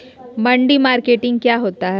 मंडी मार्केटिंग क्या होता है?